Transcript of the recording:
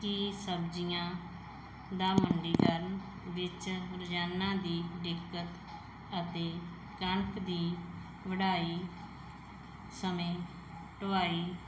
ਕਿ ਸਬਜ਼ੀਆਂ ਦਾ ਮੰਡੀਕਰਨ ਵਿੱਚ ਰੋਜ਼ਾਨਾ ਦੀ ਦਿੱਕਤ ਅਤੇ ਕਣਕ ਦੀ ਵਢਾਈ ਸਮੇਂ ਢਵਾਈ